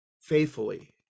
faithfully